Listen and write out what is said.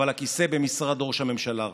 אבל הכיסא במשרד ראש הממשלה ריק.